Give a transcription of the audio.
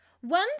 One